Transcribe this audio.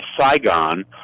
Saigon